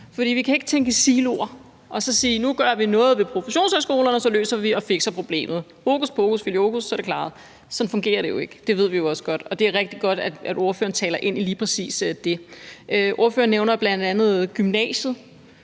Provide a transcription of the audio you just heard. for vi kan ikke tænke i siloer og så sige, at nu gør vi noget ved professionshøjskolerne, og så løser vi og fikser problemet – hokus pokus filiokus, så er det klaret. Sådan fungerer det ikke, og det ved vi også godt, og det er rigtig godt, at ordføreren taler ind i lige præcis det. Ordføreren nævner bl.a. gymnasiet,